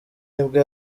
nibwo